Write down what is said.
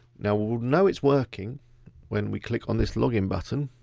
now, we know it's working when we click on this login button.